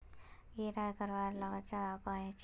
कीड़ा लगवा से बचवार उपाय की छे?